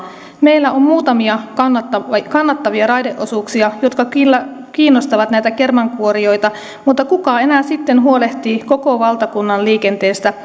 meillä on muutamia kannattavia raideosuuksia jotka kyllä kiinnostavat näitä kermankuorijoita mutta kuka enää sitten huolehtii koko valtakunnan liikenteestä